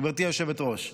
גברתי היושבת-ראש.